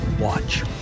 Watch